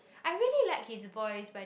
I really like his voice by the